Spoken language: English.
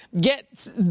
get